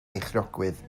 beichiogrwydd